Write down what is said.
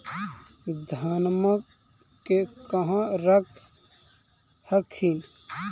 धनमा के कहा रख हखिन?